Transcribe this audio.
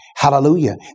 Hallelujah